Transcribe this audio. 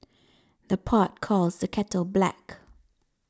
the pot calls the kettle black